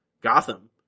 Gotham